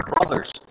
brothers